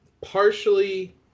Partially